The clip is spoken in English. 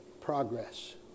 progress